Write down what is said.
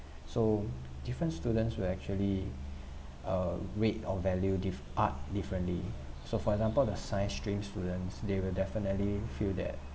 so different students will actually err rate or value the f~ art differently so for example the science stream students they will definitely feel that